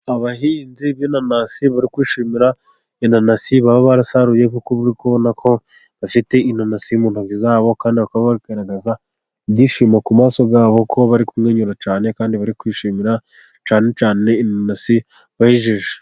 Abahinzi b'inanasi bari kwishimira inanasi baba barasaruye, kuko uri kubona ko bafite inanasi mu ntoki zabo, kandi bakaba bagaragara ibyishimo ku maso yabo, ko bari kumwenyura cyane, kandi bari kwishimira cyane cyane inanasi bejeje.